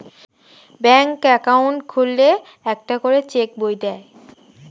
ব্যাঙ্কে অ্যাকাউন্ট খুললে একটা করে চেক বই দেয়